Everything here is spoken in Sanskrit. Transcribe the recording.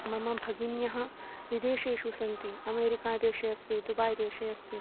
मम भगिन्यः विदेशेषु सन्ति अमेरिका देशे अस्ति दुबै देशे अस्ति